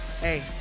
hey